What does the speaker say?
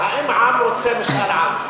האם העם רוצה משאל עם?